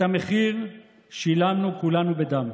את המחיר שילמנו כולנו בדם.